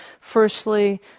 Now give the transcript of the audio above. Firstly